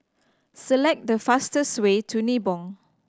select the fastest way to Nibong